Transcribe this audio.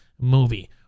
movie